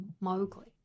Mowgli